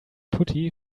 putty